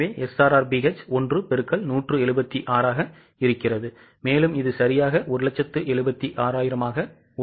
எனவே SRRBH 1 பெருக்கல் 176 ஆக இருக்கிறது எனவே இது சரியாக 176000 ஆக உள்ளது